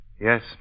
Yes